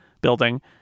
building